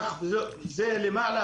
זה למעלה,